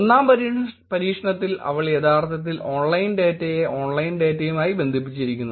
ഒന്നാം പരീക്ഷണത്തിൽ അവർ യഥാർത്ഥത്തിൽ ഓൺലൈൻ ഡാറ്റയെ ഓൺലൈൻ ഡാറ്റയുമായി ബന്ധിപ്പിച്ചിരിക്കുന്നു